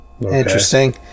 Interesting